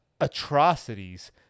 atrocities